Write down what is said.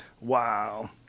Wow